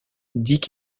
dick